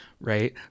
right